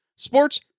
Sports